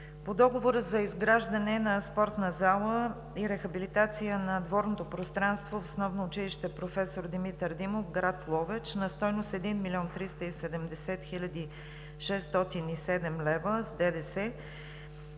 По Договора за изграждане на спортна зала и рехабилитация на дворното пространство в Основно училище „Проф. Димитър Димов“ – град Ловеч, на стойност 1 млн. 370 хил. 607 лв. с ДДС